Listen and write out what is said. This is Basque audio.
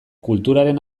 kulturaren